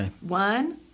One